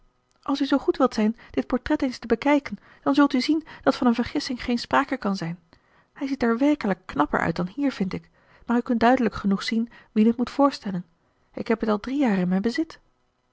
als u zoo goed wilt zijn dit portret eens te bekijken dan zult u zien dat van een vergissing geen sprake kan zijn hij ziet er werkelijk knapper uit dan hier vind ik maar u kunt duidelijk genoeg zien wien het moet voorstellen ik heb het al drie jaar in mijn bezit